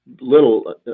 Little